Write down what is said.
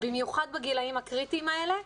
במיוחד בגילאים הקריטיים האלה?